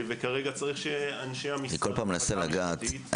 וכרגע צריך שאנשי המשרד והמחלקה המשפטית יתנו